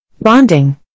Bonding